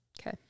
Okay